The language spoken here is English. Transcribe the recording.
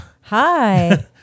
Hi